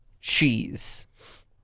Cheese